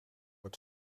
het